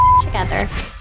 together